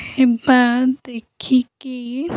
ହେବା ଦେଖିକି